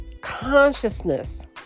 consciousness